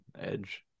edge